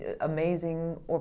amazing